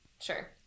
Sure